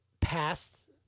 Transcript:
past